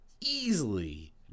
easily